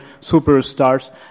superstars